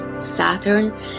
Saturn